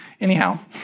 Anyhow